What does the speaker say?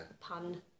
Pun